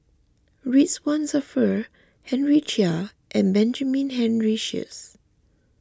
Ridzwan Dzafir Henry Chia and Benjamin Henry Sheares